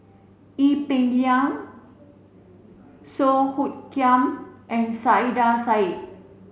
Ee Peng Liang Song Hoot Kiam and Saiedah Said